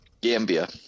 Gambia